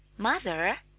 mother!